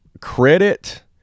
credit